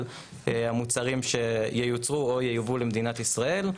המוצרים שייוצרו או ייובאו למדינת ישראל,